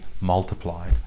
multiplied